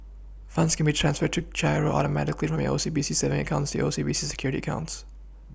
funds can be transferred through GiRO Automatically from your O C B C savings account to your O C B C Securities accounts